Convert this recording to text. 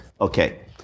Okay